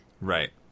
Right